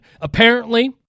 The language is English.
apparently-